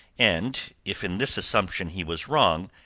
and if in this assumption he was wrong,